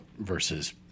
versus